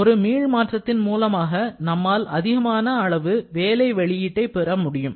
ஒரு மீள் மாற்றத்தின் மூலமாக நம்மால் அதிகமான அளவு வேலை வெளியீட்டை பெறமுடியும்